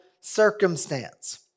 circumstance